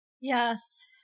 Yes